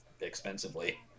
expensively